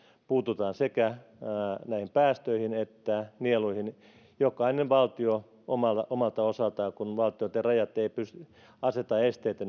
puututaan sekä päästöihin että nieluihin jokainen valtio omalta omalta osaltaan kun valtioitten rajat eivät aseta esteitä